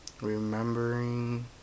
Remembering